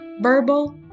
verbal